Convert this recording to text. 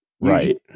Right